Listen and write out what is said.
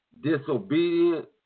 disobedient